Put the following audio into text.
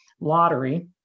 lottery